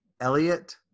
Elliot